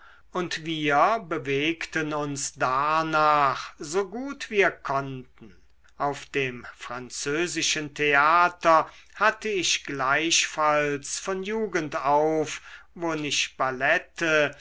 und wir bewegten uns darnach so gut wir konnten auf dem französischen theater hatte ich gleichfalls von jugend auf wo nicht ballette